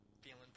feeling